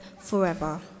forever